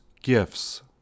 gifts